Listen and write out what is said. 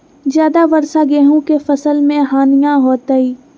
ज्यादा वर्षा गेंहू के फसल मे हानियों होतेई?